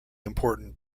important